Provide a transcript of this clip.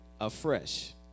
Afresh